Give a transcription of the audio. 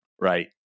Right